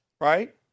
right